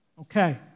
Okay